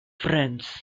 friends